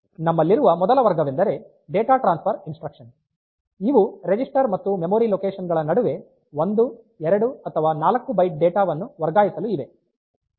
ನಮ್ಮಲ್ಲಿರುವ ಮೊದಲ ವರ್ಗವೆಂದರೆ ಡೇಟಾ ಟ್ರಾನ್ಸ್ಫರ್ ಇನ್ಸ್ಟ್ರಕ್ಷನ್ ಇವು ರಿಜಿಸ್ಟರ್ ಮತ್ತು ಮೆಮೊರಿ ಲೊಕೇಶನ್ ಗಳ ನಡುವೆ 1 2 ಅಥವಾ 4 ಬೈಟ್ ಡೇಟಾ ವನ್ನು ವರ್ಗಾಯಿಸಲು ಇವೆ